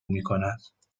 میکند